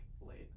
late